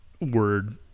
word